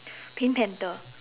pink panther